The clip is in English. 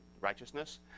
righteousness